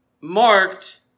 marked